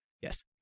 Yes